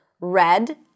red